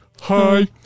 hi